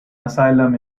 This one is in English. asylum